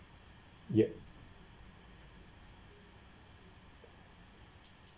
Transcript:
yup